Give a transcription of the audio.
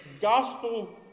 Gospel